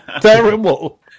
terrible